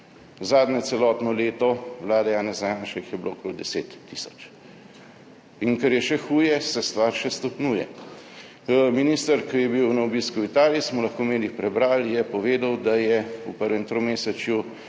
Zadnje celotno leto vlade Janeza Janše jih je bilo okoli 10 tisoč. In kar je še huje, stvar se še stopnjuje. Minister, ki je bil na obisku v Italiji, smo lahko v medijih prebrali, je povedal, da je bilo v prvem tromesečju